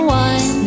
one